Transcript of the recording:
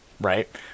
right